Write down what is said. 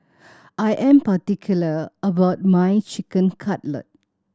I am particular about my Chicken Cutlet